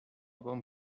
bon